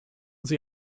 sie